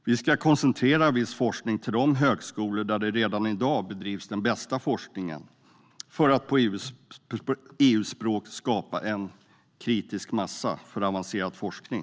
Vi ska koncentrera viss forskning till de högskolor där den bästa forskningen bedrivs redan i dag för att, på EU-språk, skapa en kritisk massa för avancerad forskning.